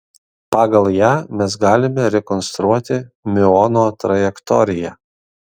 pagal ją mes galime rekonstruoti miuono trajektoriją